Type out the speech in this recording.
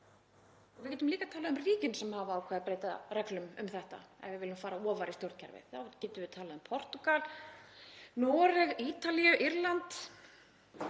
Við getum líka talað um ríki sem hafa ákveðið að breyta reglum um þetta, ef við viljum fara ofar í stjórnkerfið. Við getum talað um Portúgal, Noreg, Ítalíu, Írland.